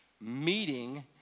meeting